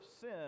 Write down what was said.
sin